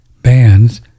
bands